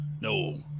No